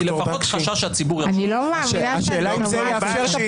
היא לפחות חשש שהציבור --- אני לא מאמינה שאתה אומר את זה.